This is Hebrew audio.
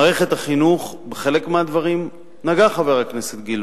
מערכת החינוך, בחלק מהדברים נגע חבר הכנסת גילאון.